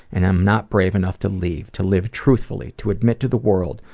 and i'm not brave enough to leave. to live truthfully, to admit to the world,